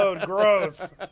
Gross